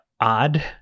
odd